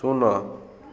ଶୂନ